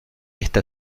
esta